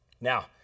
Now